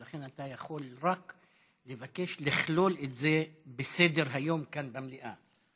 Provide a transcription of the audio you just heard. ולכן אתה יכול רק לבקש לכלול את זה בסדר-היום כאן במליאה,